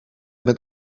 met